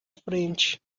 frente